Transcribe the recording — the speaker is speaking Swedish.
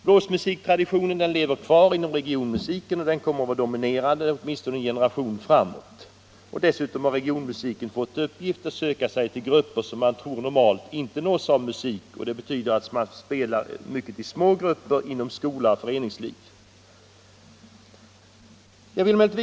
Blåsmusiktraditionen lever kvar inom regionmusiken och kommer att vara dominerande åtminstone en generation framåt. Dessutom har regionmusiken fått till uppgift att söka sig till grupper som man tror normalt inte nås av musik, och det betyder att man spelar mycket i små grupper inom skola och föreningsliv.